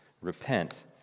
repent